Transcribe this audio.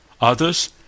others